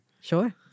Sure